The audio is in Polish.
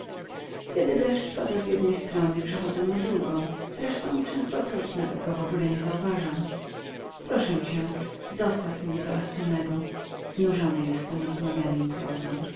kiedy deszcz pada z jednej strony przechodzę na druga zresztą częstokroć nawet go w ogóle nie zauważam proszę cię zostaw mnie teraz samego znużony jestem rozmawianiem